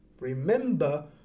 Remember